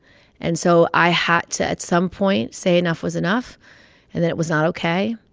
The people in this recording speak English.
and so i had to, at some point, say enough was enough and that it was not ok.